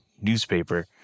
newspaper –